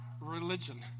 religion